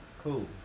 Cool